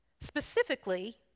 Specifically